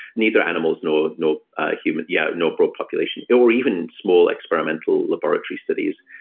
neither animals nor nor human. yeah, nor broad population, or even small experimental laboratory studies.